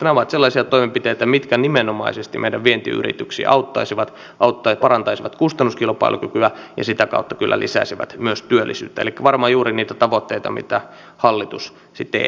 ne ovat sellaisia toimenpiteitä mitkä nimenomaisesti meidän vientiyrityksiämme auttaisivat parantaisivat kustannuskilpailukykyä ja sitä kautta kyllä lisäisivät myös työllisyyttä elikkä varmaan ne ovat juuri niitä tavoitteita mitä hallitus sitten edistää